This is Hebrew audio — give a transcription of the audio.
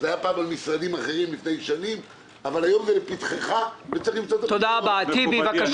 הנושא התחיל לפני מספר שנים בזה שלילדים שקיבלו אישור